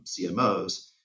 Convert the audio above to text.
CMOs